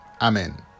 amen